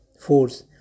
Force